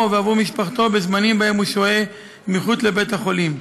ועבור משפחתו בזמנים שבהם הוא שוהה מחוץ לבית-החולים.